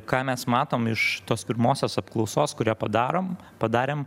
ką mes matom iš tos pirmosios apklausos kurią padarom padarėm